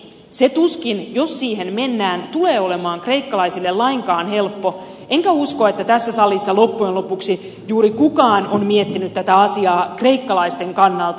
se tuskin jos siihen mennään tulee olemaan kreikkalaisille lainkaan helppo enkä usko että tässä salissa loppujen lopuksi juuri kukaan on miettinyt tätä asiaa kreikkalaisten kannalta